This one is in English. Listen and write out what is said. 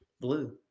Blue